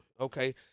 Okay